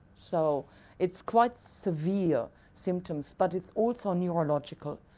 so it's quite severe symptoms but it's also neurological,